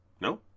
No